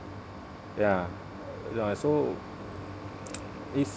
ya uh so it's